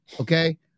Okay